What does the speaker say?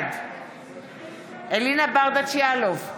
בעד אלינה ברדץ' יאלוב,